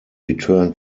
returned